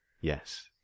Yes